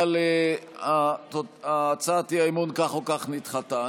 אבל הצעת האי-אמון כך או כך נדחתה.